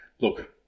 Look